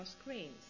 screens